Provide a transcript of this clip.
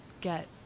get